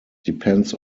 depends